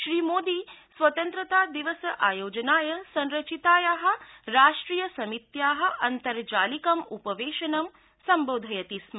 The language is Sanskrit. श्रीमोदी स्वतंत्रता दिवस आयोजनाय संरचिताया राष्ट्रिय समित्या अन्तर्जालिकम् उपवेशनं संबोधयति स्म